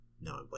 No